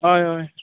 हय हय